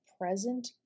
present